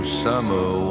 summer